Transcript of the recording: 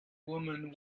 woman